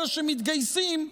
אלה שמתגייסים,